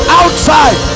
outside